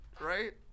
right